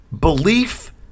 belief